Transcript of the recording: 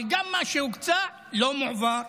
אבל גם מה שהוקצה לא מועבר.